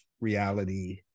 reality